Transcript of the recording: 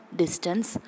distance